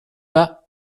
pas